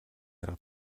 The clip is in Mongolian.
арга